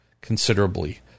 considerably